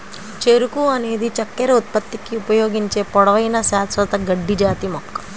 చెరకు అనేది చక్కెర ఉత్పత్తికి ఉపయోగించే పొడవైన, శాశ్వత గడ్డి జాతి మొక్క